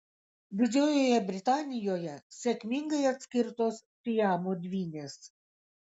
didžiojoje britanijoje sėkmingai atskirtos siamo dvynės